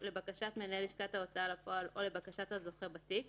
לבקשת מנהל לשכת ההוצאה לפועל או לבקשת הזוכה בתיק,